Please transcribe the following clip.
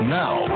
now